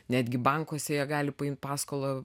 netgi bankuose jie gali paimt paskolą